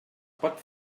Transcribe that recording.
pot